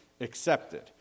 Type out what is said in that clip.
accepted